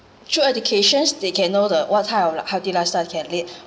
through educations they can know the what type of like healthy lifestyle they can lead